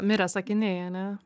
mirę sakiniai ane